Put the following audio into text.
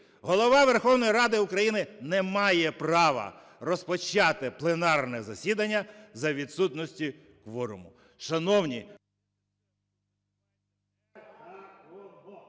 Голова Верховної Ради України не має права розпочати пленарне засідання за відсутності кворуму.